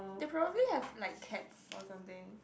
they probably have like cats or something